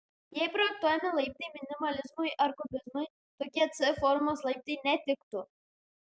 jei projektuojami laiptai minimalizmui ar kubizmui tokie c formos laiptai netiktų